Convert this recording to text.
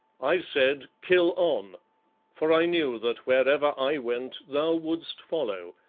i said, kill on for i knew that wherever i went thou wouldst follow,